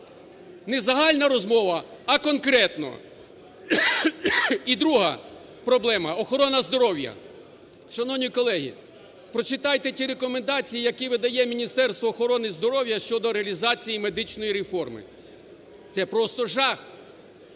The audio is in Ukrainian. не загальна розмова, а конкретно. І друга проблема – охорона здоров'я. Шановні колеги, прочитайте ті рекомендації, які видає Міністерство охорони здоров'я щодо реалізації медичної реформи. Це просто жах!